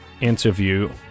interview